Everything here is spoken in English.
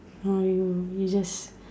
uh you just